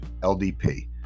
LDP